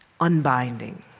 unbinding